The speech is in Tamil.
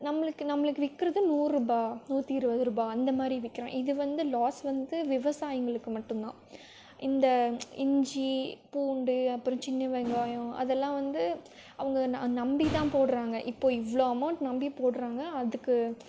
நம்மளுக்கு நம்மளுக்கு விற்கிறது நூறுரூபாய் நூற்றி இருபது ரூபாய் அந்தமாதிரி விற்கிறான் இது வந்து லாஸ் வந்து விவசாயிங்களுக்கு மட்டும்தான் இந்த இஞ்சி பூண்டு அப்பறம் சின்ன வெங்காயம் அதெல்லாம் வந்து அவங்க ந நம்பிதான் போடுகிறாங்க இப்போது இவ்வளோ அமௌண்ட் நம்பிப் போடுகிறாங்க அதுக்கு